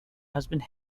husband